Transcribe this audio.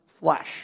flesh